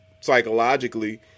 psychologically